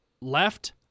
left